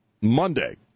Monday